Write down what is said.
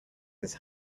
his